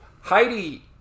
Heidi